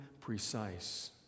precise